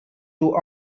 two